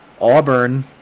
Auburn